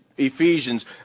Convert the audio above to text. Ephesians